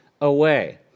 away